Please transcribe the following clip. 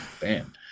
bam